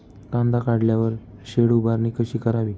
कांदा काढल्यावर शेड उभारणी कशी करावी?